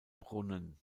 brunnen